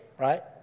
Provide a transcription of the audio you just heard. Right